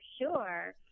sure